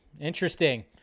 interesting